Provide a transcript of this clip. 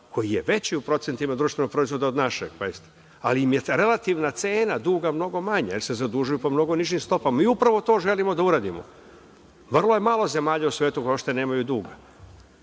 koji je veći u procentima društvenog proizvoda od našeg, ali im je relativna cena duga mnogo manja, jer se zadužuju po mnogo nižim stopama, Mi upravo to želimo da uradimo. Vrlo je malo zemalja u svetu koje uopšte nemaju duga.